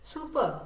Super